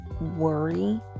worry